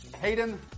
Hayden